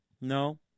No